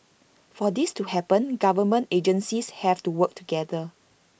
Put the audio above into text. for this to happen government agencies have to work together